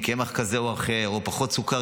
עם קמח כזה או אחר או עם פחות סוכר,